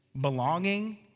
belonging